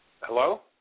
Hello